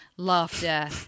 laughter